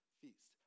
feast